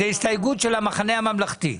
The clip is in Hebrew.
זה הסתייגות של המחנה הממלכתי.